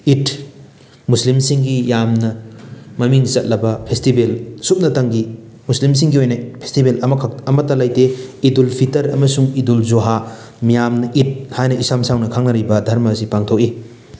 ꯏꯠ ꯃꯨꯁꯂꯤꯝꯁꯤꯡꯒꯤ ꯌꯥꯝꯅ ꯃꯃꯤꯡ ꯆꯠꯂꯕ ꯐꯦꯁꯇꯤꯚꯦꯜ ꯁꯨꯞꯅꯇꯪꯒꯤ ꯃꯨꯁꯂꯤꯝꯁꯤꯡꯒꯤ ꯑꯣꯏꯅ ꯐꯦꯁꯇꯤꯚꯦꯜ ꯑꯃꯈꯛ ꯑꯃꯠꯇ ꯂꯩꯇꯦ ꯏꯗꯨꯜ ꯐꯤꯜꯇꯔ ꯑꯃꯁꯨꯡ ꯏꯗꯨꯜ ꯖꯨꯍꯥ ꯃꯤꯌꯥꯝꯅ ꯏꯠ ꯍꯥꯏꯅ ꯏꯁꯝ ꯁꯝꯅ ꯈꯪꯅꯔꯤꯕ ꯙꯔꯃ ꯑꯁꯤ ꯄꯥꯡꯊꯣꯛꯏ